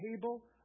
table